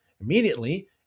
Immediately